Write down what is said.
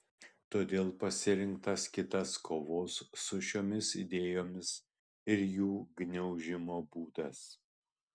todėl pasirinktas kitas kovos su šiomis idėjomis ir jų gniaužimo būdas